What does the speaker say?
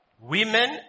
women